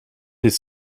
his